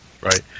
Right